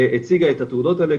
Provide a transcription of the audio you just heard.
הציגה את התעודות האלה,